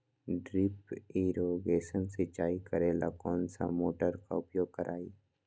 Drip irrigation सिंचाई करेला कौन सा मोटर के उपयोग करियई?